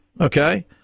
okay